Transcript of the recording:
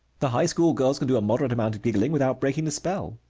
the high-school girls can do a moderate amount of giggling without breaking the spell.